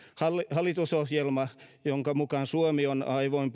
hallitusohjelma jonka mukaan suomi on